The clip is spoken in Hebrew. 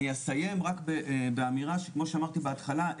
אני אסיים רק באמירה שכמו שאמרתי בהתחלה,